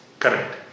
Correct